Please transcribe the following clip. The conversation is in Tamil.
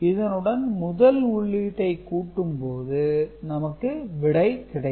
இதனுடன் முதல் உள்ளீட்டை கூட்டும்போது நமக்கு விடை கிடைக்கும்